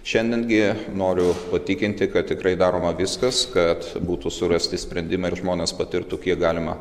šiandien gi noriu patikinti kad tikrai daroma viskas kad būtų surasti sprendimai ir žmonės patirtų kiek galima